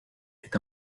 est